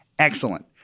Excellent